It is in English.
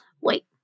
wait